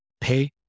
pay